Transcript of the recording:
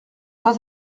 pas